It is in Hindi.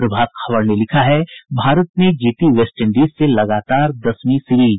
प्रभात खबर ने लिखा है भारत ने जीती वेस्टइंडीज से लगातार दसवीं सीरिज